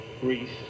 Greece